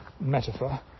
metaphor